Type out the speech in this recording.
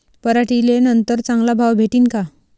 पराटीले नंतर चांगला भाव भेटीन का?